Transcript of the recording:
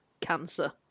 cancer